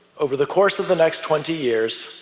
over the course of the next twenty years,